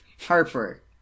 Harper